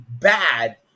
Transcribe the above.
bad